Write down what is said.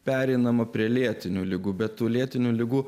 pereinama prie lėtinių ligų be to lėtinių ligų